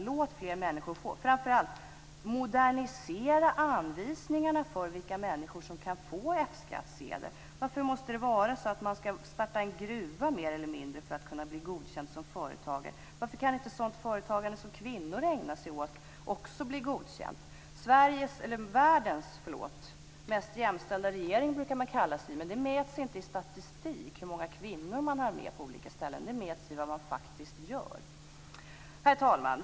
Låt fler människor omfattas av detta. Framför allt: Modernisera anvisningarna för vilka människor som kan få F-skattsedel! Varför måste man i det närmaste vara tvungen att starta en gruva för att kunna bli godkänd som företagare? Varför kan inte också sådant företagande som kvinnor ägnar sig åt bli godkänt? Vår regering brukar kalla sig världens mest jämställda, men jämställdhet mäts inte i statistik, i hur många kvinnor som är med i vissa sammanhang, utan på grundval av vad man faktiskt gör. Herr talman!